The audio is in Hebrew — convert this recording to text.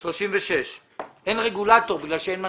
סעיף 36. אין רגולטור בגלל שאין מנכ"ל.